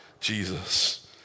Jesus